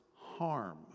harm